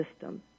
system